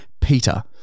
peter